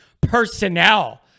personnel